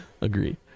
Agree